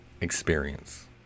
experience